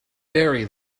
very